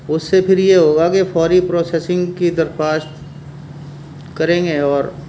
اس سے پھر یہ ہوگا کہ فوری پروسیسنگ کی درخواست کریں گے اور